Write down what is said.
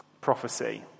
prophecy